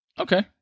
Okay